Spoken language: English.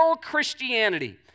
Christianity